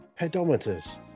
pedometers